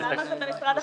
אז למה זה במשרד החקלאות?